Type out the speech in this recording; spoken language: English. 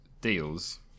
deals